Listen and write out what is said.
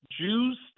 Jews